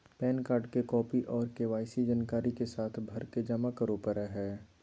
pan card के copy आर KYC जानकारी के साथ भरके जमा करो परय हय